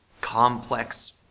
complex